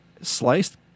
Sliced